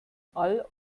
all